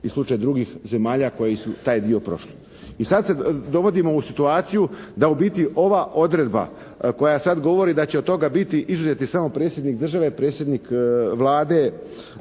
i slučaj drugih zemalja koje su taj dio prošli. I sad se dovodimo u situaciju da u biti ova odredba koja sad govori da će od toga biti izuzeti samo Predsjednik države, predsjednik Vlade